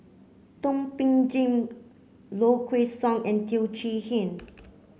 Thum Ping Tjin Low Kway Song and Teo Chee Hean